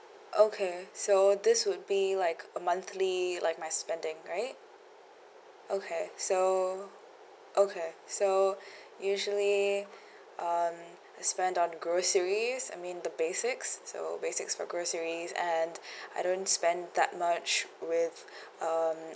okay so this would be like a monthly like my spending right okay so okay so usually um I spend on groceries I mean the basics so basics for groceries and I don't spend that much with um